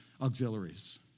auxiliaries